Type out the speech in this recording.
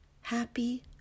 happy